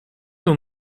dont